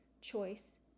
choice